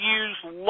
use